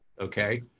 okay